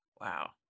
Wow